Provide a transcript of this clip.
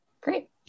Great